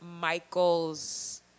Michael's